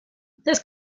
this